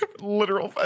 literal